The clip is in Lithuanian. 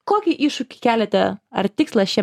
kokį iššūkį keliate ar tikslą šiem